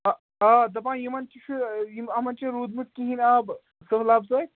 آ آ دَپان یِمَن تہِ چھُ یِم یِمَن چھُ روٗدمُت کِہیٖنۍ آب سٔہلاب سۭتۍ